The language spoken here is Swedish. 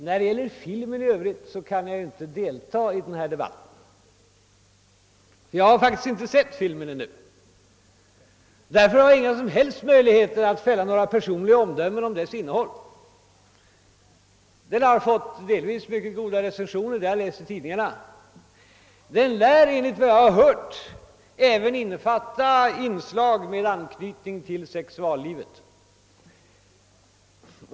Beträffande filmen i övrigt kan jag inte delta i debatten — jag har faktiskt inte sett den ännu. Jag har därför ingen som helst möjlighet att fälla några personliga omdömen om dess innehåll. Den har ju fått delvis mycket goda recensioner. Den lär, efter vad jag hört, även innehålla inslag med anknytning till sexuallivet.